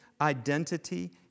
identity